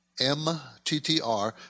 mttr